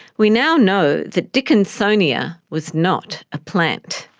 we now know that dickinsonia was not a plant.